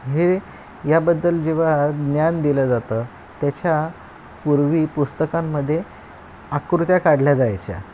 हे याबद्दल जेव्हा ज्ञान दिलं जातं त्याच्या पूर्वी पुस्तकांमध्ये आकृत्या काढल्या जायच्या